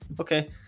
okay